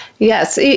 Yes